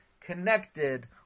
connected